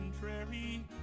contrary